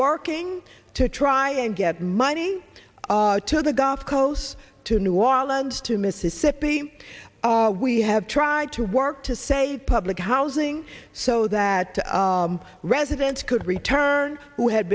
working to try and get money to the gulf coast to new orleans to mississippi we have tried to work to save public housing so that residents could return who had